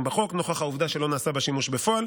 בחוק נוכח העובדה שלא נעשה בה שימוש בפועל,